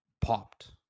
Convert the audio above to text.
popped